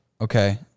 Okay